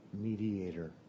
mediator